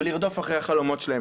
ולרדוף אחרי החלומות שלהם.